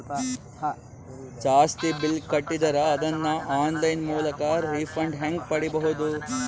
ಜಾಸ್ತಿ ಬಿಲ್ ಕಟ್ಟಿದರ ಅದನ್ನ ಆನ್ಲೈನ್ ಮೂಲಕ ರಿಫಂಡ ಹೆಂಗ್ ಪಡಿಬಹುದು?